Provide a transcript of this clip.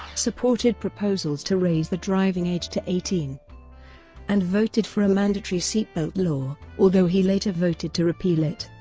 supported proposals to raise the driving age to eighteen and voted for a mandatory seat belt law, although he later voted to repeal it.